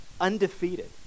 undefeated